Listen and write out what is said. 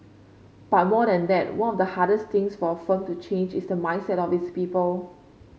but more than that one of the hardest things for a firm to change is the mindset of its people